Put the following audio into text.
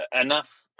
enough